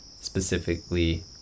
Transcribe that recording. Specifically